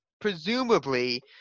presumably –